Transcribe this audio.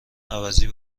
عوضی